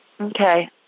Okay